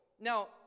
Now